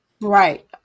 Right